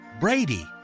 Brady